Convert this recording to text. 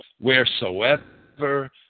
wheresoever